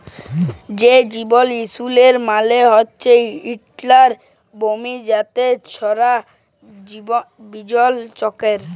যে জীবল ইলসুরেলস মালে হচ্যে ইকট বিমা যেট ছারা জীবল ধ্যরে চ্যলবেক